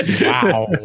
Wow